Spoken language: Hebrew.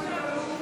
הללויה.